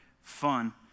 fun